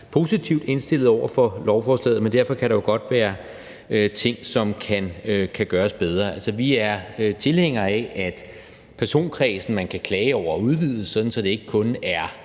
positivt indstillet over for lovforslaget, men derfor kan der jo godt være ting, som kan gøres bedre. Altså, vi er tilhængere af, at personkredsen, man kan klage over, udvides, sådan at det ikke kun er